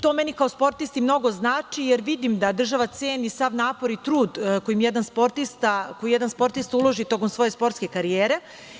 To meni kao sportisti mnogo znači, jer vidim da država ceni sav napor i trud koji jedan sportista uloži tokom svoje sportske karijere.